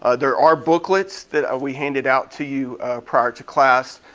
ah there are booklets that ah we handed out to you prior to class,